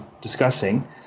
discussing